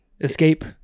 escape